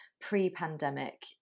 pre-pandemic